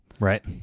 Right